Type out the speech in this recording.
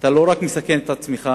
אתה לא רק מסכן את עצמך,